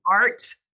art